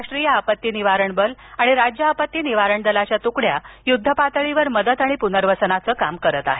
राष्ट्रीय आपत्ती निवारण बल आणि राज्य आपत्ती निवारण बलाच्या तुकड्या युद्धपातळीवर मदत आणि पुनर्वसनाचं काम करत आहेत